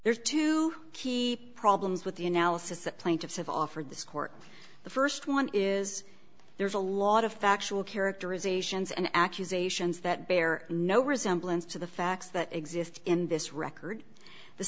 there's two key problems with the analysis that plaintiffs have offered this court the st one is there's a lot of factual characterizations and accusations that bear no resemblance to the facts that exist in this record the